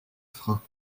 freins